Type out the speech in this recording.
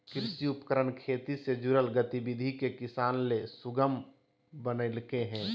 कृषि उपकरण खेती से जुड़ल गतिविधि के किसान ले सुगम बनइलके हें